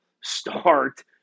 start